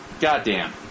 Goddamn